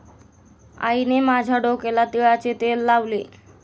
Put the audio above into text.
आईने माझ्या डोक्याला तिळाचे तेल लावले